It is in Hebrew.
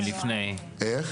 בארץ.